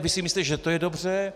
Vy si myslíte, že to je dobře.